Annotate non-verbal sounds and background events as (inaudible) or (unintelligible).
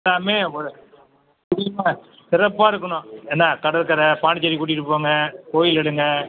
எல்லாமே (unintelligible) சிறப்பாக இருக்கணும் என்ன கடற்கரை பாண்டிச்சேரி கூட்டிட்டு போங்க கோயில் எடுங்கள்